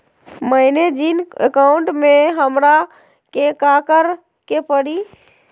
मैंने जिन अकाउंट में हमरा के काकड़ के परी?